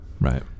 right